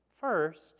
First